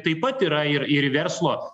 taip pat yra ir ir verslo